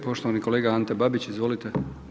Poštovani kolega Ante Babić, izvolite.